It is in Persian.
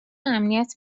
امنیت